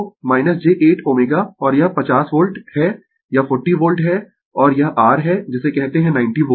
तो j 8 Ω और यह 50 वोल्ट है यह 40 वोल्ट है और यह r है जिसे कहते है 90 वोल्ट